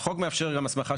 החוק מאפשר גם הסמכה